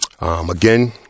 Again